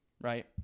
right